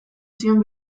zion